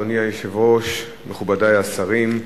אדוני היושב-ראש, מכובדי השרים,